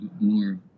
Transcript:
more